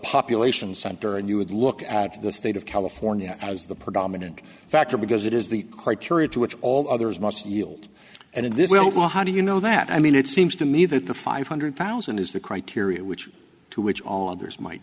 population center and you would look at the state of california as the predominant factor because it is the criteria to which all others must yield and in this well how do you know that i mean it seems to me that the five hundred thousand is the criteria which to which all others might